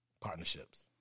partnerships